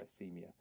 hypoglycemia